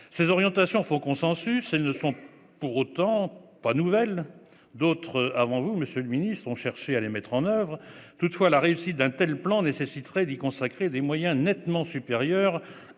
Ces orientations font consensus. Elles ne sont pour autant pas nouvelles. D'autres avant vous, monsieur le ministre, ont cherché à les mettre en oeuvre. Toutefois, la réussite d'un tel plan nécessiterait d'y consacrer des moyens nettement supérieurs